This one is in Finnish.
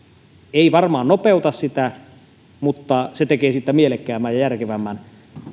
ei varmaan nopeuta sitä mutta se tekee siitä mielekkäämmän ja järkevämmän